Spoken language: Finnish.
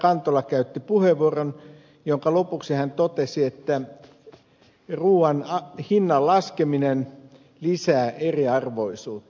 kantola käytti puheenvuoron jonka lopuksi hän totesi että ruuan hinnan laskeminen lisää eriarvoisuutta